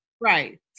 Right